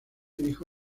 dijo